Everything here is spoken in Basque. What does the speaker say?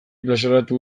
plazaratu